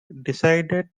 decided